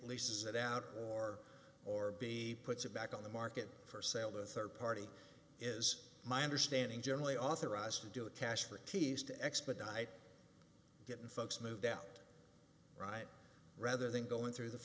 lease is it out or or be puts it back on the market for sale the third party is my understanding generally authorized to do it cash for keys to expedite getting folks moved out right rather than going through th